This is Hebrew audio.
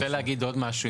אני רוצה להגיד עוד משהו,